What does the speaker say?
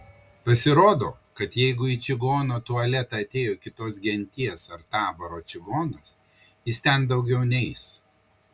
pasirodo kad jeigu į čigono tualetą atėjo kitos genties ar taboro čigonas jis ten daugiau neeis